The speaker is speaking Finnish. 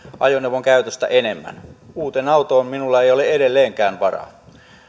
ajoneuvon käytöstä enemmän uuteen autoon minulla ei ole edelleenkään varaa